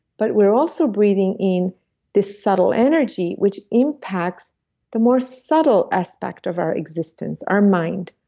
but we're also breathing in this subtle energy, which impacts the more subtle aspect of our existence, our mind,